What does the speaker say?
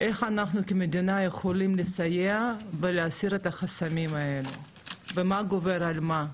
איך אנחנו כמדינה יכולים לסייע ולהסיר את החסמים האלה ומה גובר על מה,